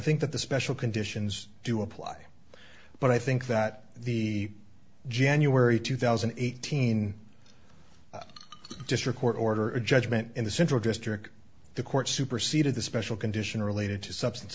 think that the special conditions do apply but i think that the january two thousand and eighteen district court order a judgment in the central district the court superseded the special condition related to substance